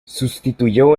sustituyó